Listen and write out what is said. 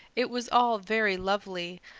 it was all very lovely,